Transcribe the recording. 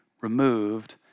removed